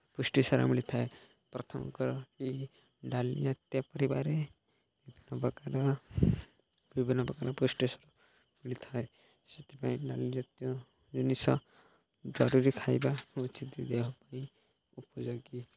ପୁଷ୍ଟିସାର ମିଳିଥାଏ ପ୍ରଥମତଃ ଏ ଡାଲି ଜାତୀୟ ପରିବାରେ ବିଭିନ୍ନପ୍ରକାର ବିଭିନ୍ନପ୍ରକାର ପୁଷ୍ଟିସାର ମିଳିଥାଏ ସେଥିପାଇଁ ଡାଲି ଜାତୀୟ ଜିନିଷ ଜରୁରୀ ଖାଇବା ଉଚିତ୍ ଦେହ ପାଇଁ ଉପଯୋଗୀ